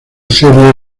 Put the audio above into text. serie